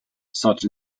such